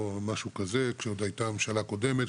כשעוד הייתה ממשלה קודמת,